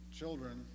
children